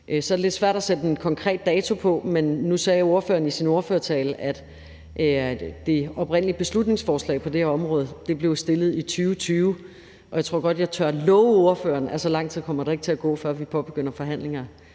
Så er det lidt svært at sætte en konkret dato på, men nu sagde ordføreren i sin ordførertale, at det oprindelige beslutningsforslag på det her område blev fremsat i 2020, og jeg tror godt, at jeg tør love ordføreren, at så lang tid kommer der ikke til at gå, før vi påbegynder forhandlinger